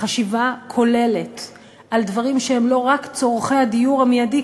חשיבה כוללת על דברים שהם לא רק צורכי הדיור המיידי,